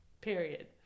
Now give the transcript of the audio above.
Period